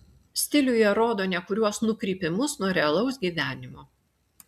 stiliuje rodo nekuriuos nukrypimus nuo realaus gyvenimo